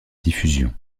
diffusion